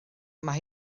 mae